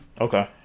Okay